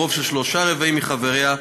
ברוב של שלושה-רבעים מחבריה,